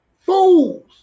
fools